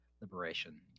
liberation